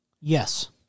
Yes